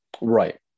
right